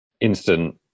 instant